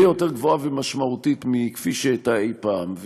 יותר גבוהה ומשמעותית מכפי שהייתה אי-פעם,